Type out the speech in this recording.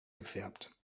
gefärbt